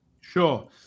Sure